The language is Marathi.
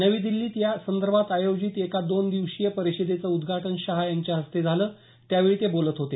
नवी दिल्लीत या संदर्भात आयोजित एका दोन दिवसीय परिषदेचं उद्घाटन शाह यांच्या हस्ते झालं त्यावेळी ते बोलत होते